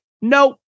Nope